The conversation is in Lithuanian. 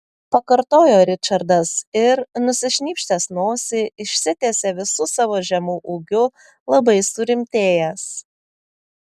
pakartojo ričardas ir nusišnypštęs nosį išsitiesė visu savo žemu ūgiu labai surimtėjęs